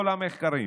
כל המחקרים